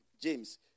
James